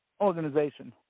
organization